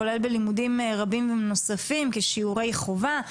כולל בלימודים רבים נוספים כשיעורי חובה.